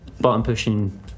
button-pushing